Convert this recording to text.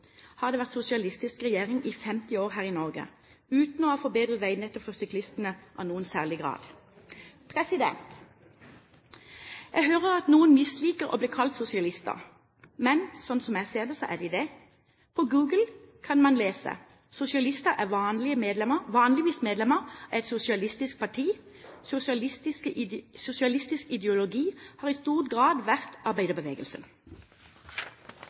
har det vært sosialistiske regjeringer – uten at det har forbedret veinettet for syklistene i noen særlig grad. Jeg hører at noen misliker å bli kalt sosialister, men slik jeg ser det, er de det. På Google kan man lese: Sosialister er vanligvis medlemmer av et sosialistisk parti. Sosialistisk ideologi har i stor grad vært arbeiderbevegelsen.